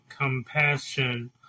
compassion